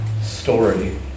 story